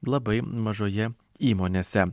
labai mažoje įmonėse